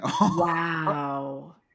Wow